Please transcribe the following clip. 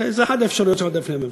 זו אחת מהאפשרויות שעמדו בפני הממשלה.